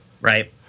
Right